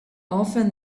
often